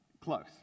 Close